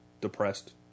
depressed